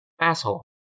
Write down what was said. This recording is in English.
asshole